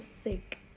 sick